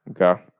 Okay